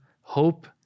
hope